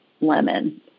lemon